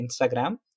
Instagram